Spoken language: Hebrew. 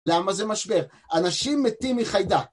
למה זה משבר? אנשים מתים מחיידק.